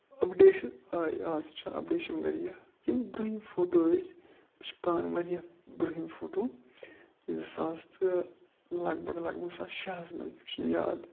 updation آے آز چھِ اَپڈیشَن واریاہ یِم برٛونٛہِم فوٹو ٲسۍ بہٕ چھُس پانہٕ واریاہ برٛونٛہِم فوٹو زٕ ساس تہٕ لگ بگ لگ بگ زٕ ساس شےٚ ہَس منٛز مےٚ چھِنہٕ یاد